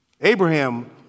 Abraham